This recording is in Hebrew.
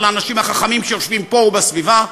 של האנשים החכמים שיושבים פה ובסביבה,